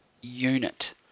unit